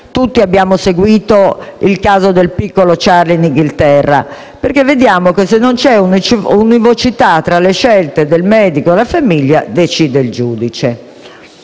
Tutti abbiamo seguito il caso del piccolo Charlie nel Regno Unito: se non c'è univocità tra le scelte del medico e della famiglia decide il giudice.